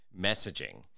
messaging